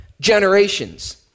generations